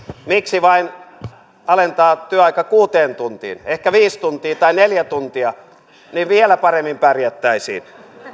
miksi alentaa työaika vain kuuteen tuntiin ehkä viisi tuntia tai neljä tuntia niin vielä paremmin pärjättäisiin